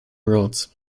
roads